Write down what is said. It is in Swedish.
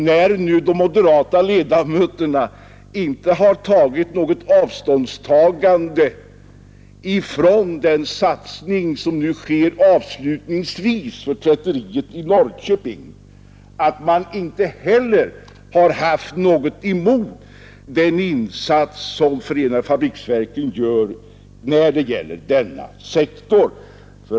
När de moderata ledamöterna inte tagit avstånd från den satsning som nu avslutningsvis sker på tvätteriet i Norrköping, så förutsätter jag, fru talman, att de inte heller haft något emot den insats som förenade fabriksverken gör när det gäller denna sektor.